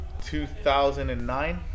2009